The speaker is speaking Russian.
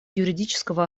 юридического